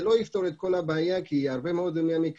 זה לא יפתור את כל הבעיה כי בהרבה מאוד מהמקרים